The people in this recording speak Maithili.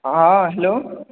हॅं हल्लो